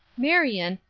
marion,